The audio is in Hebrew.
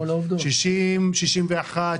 61,